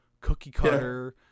cookie-cutter